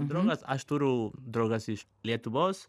draugas aš turiu draugas iš lietuvos